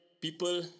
people